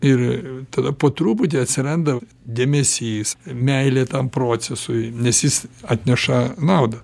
ir tada po truputį atsiranda dėmesys meilė tam procesui nes jis atneša naudą